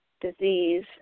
disease